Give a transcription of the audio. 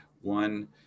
One